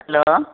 hello